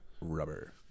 rubber